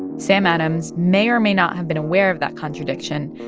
sam adams may or may not have been aware of that contradiction.